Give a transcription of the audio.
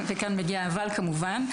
וכאן מגיע האבל כמובן,